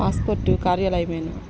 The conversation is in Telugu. పాస్పోర్టు కార్యాలయమేనా